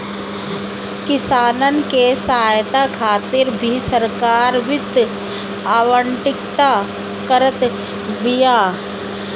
किसानन के सहायता खातिर भी सरकार वित्त आवंटित करत बिया